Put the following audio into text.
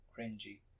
Cringy